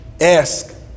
Ask